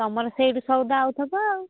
ତମର ସେଇଠୁ ସଉଦା ଆଉଥିବ ଆଉ